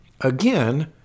again